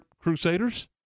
crusaders